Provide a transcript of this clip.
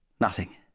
Nothing